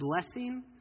blessing